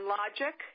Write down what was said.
logic